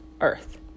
earth